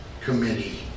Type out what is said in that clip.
committee